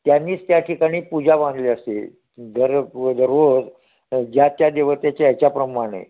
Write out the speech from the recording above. त्यांनीच त्या ठिकाणी पूजा बांधली असे दर दररोज ज्या त्या देवतेच्या याच्याप्रमाणे